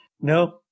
no